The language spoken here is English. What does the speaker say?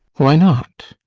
why not?